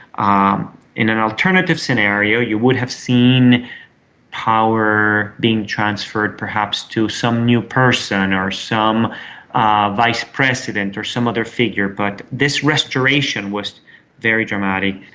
um in an alternative scenario you would have seen power being transferred perhaps to some new person or some ah vice president or some other figure, but this restoration was very dramatic.